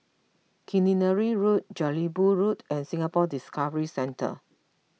Killiney Road Jelebu Road and Singapore Discovery Centre